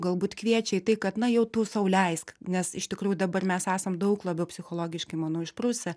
galbūt kviečia į tai kad na jau tu sau leisk nes iš tikrųjų dabar mes esam daug labiau psichologiškai manau išprusę